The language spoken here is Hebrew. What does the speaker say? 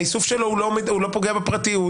האיסוף שלו לא פוגע בפרטיות.